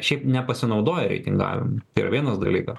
šiaip nepasinaudoja reitingavimu yra vienas dalykas